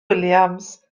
williams